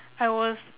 I was